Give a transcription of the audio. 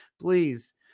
please